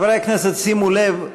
חברי הכנסת, שימו לב,